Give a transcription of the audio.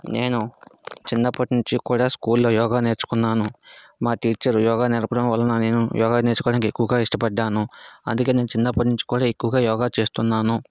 నేను చిన్నప్పటి నుండి కూడా స్కూల్లో యోగ నేర్చుకున్నాను మా టీచరు యోగ నేర్పడం వలన నేను యోగ నేర్చుకోవడానికి ఎక్కువగా ఇష్టపడ్డాను అందుకే నేను చిన్నప్పటి నుండి కూడా ఎక్కువగా యోగ చేస్తున్నాను